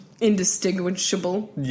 indistinguishable